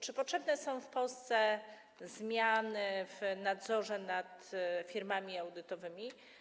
Czy potrzebne są w Polsce zmiany w nadzorze nad firmami audytorskimi?